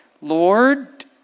Lord